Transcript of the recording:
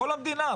כל המדינה,